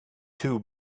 two